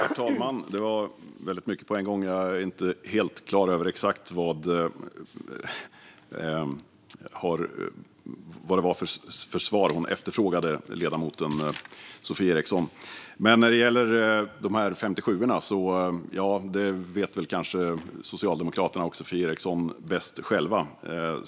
Herr talman! Det var väldigt mycket på en gång. Jag är inte helt klar över exakt vad det är för svar ledamoten Sofie Eriksson efterfrågar. När det gäller 57:orna vet kanske Socialdemokraterna och Sofie Eriksson bäst själva.